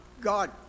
god